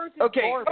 Okay